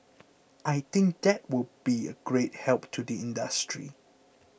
I think that will be a great help to the industry